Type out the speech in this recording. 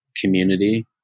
community